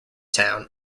town